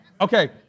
Okay